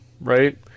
right